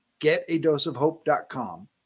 getadoseofhope.com